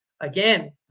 again